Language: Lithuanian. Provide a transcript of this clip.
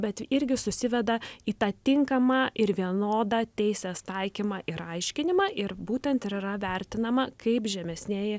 bet irgi susiveda į tą tinkamą ir vienodą teisės taikymą ir aiškinimą ir būtent ir yra vertinama kaip žemesnieji